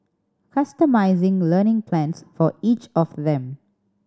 customising learning plans for each of them